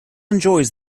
enjoys